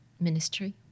ministry